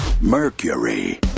Mercury